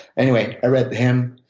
anyway, i read him.